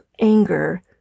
anger